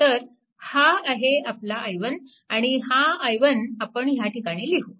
तर हा आहे आपला i1 आणि हा i1 आपण ह्या ठिकाणी लिहू